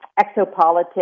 exopolitics